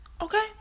Okay